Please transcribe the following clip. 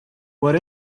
what